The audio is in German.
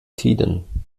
tiden